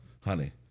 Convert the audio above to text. honey